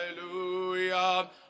Hallelujah